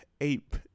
ape